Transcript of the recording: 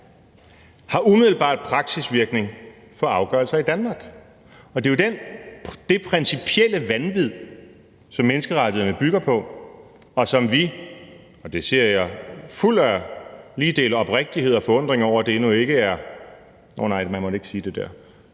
har umiddelbart praksisvirkning for afgørelser i Danmark. Og det er jo det principielle vanvid, som menneskerettighederne bygger på, og det er, og det siger jeg fuld af lige dele oprigtighed og forundring over, at det endnu ikke er – nåh nej, man måtte ikke sige det der